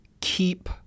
keep